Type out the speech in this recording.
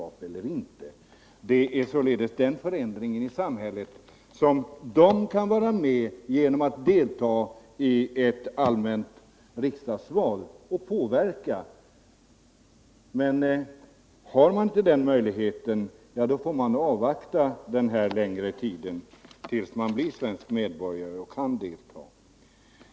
En förändring i det avseendet av samhället kan man vara med om att åstadkomma genom att delta i ett allmänt riksdagsval och därigenom påverka politiken. Har man inte den möjligheten får man avvakta längre tid tills man blir svensk medborgare och kan delta.